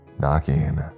Knocking